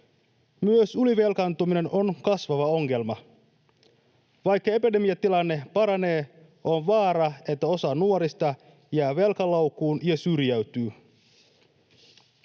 Myös ylivelkaantuminen on kasvava ongelma. Vaikka epidemiatilanne paranee, on vaara, että osa nuorista jää velkaloukkuun ja syrjäytyy.